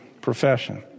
profession